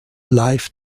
live